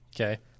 Okay